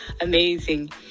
amazing